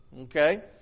Okay